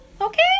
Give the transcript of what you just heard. okay